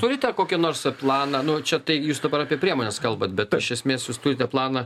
turite kokį nors planą nu čia tai jūs dabar apie priemones kalbat bet aš iš esmės jūs turite planą